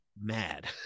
mad